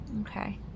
Okay